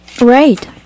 Right